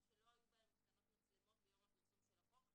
שלא היו מותקנות בהם מצלמות ביום הפרסום של החוק,